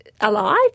alive